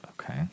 Okay